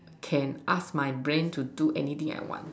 can ask my brain to do anything I want